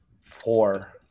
Four